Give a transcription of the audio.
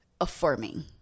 affirming